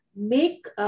make